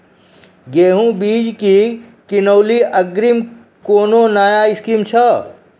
गेहूँ बीज की किनैली अग्रिम कोनो नया स्कीम छ?